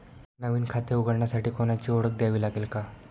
नवीन खाते उघडण्यासाठी कोणाची ओळख द्यावी लागेल का?